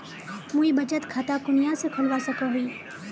मुई बचत खता कुनियाँ से खोलवा सको ही?